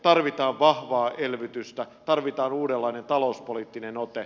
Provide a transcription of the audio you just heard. tarvitaan vahvaa elvytystä tarvitaan uudenlainen talouspoliittinen ote